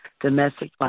domestic